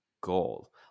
goal